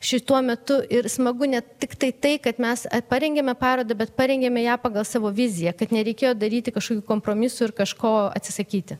šituo metu ir smagu net ne tiktai tai kad mes parengėme parodą bet parengėme ją pagal savo viziją kad nereikėjo daryti kažkokių kompromisų ir kažko atsisakyti